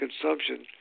consumption